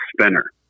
spinner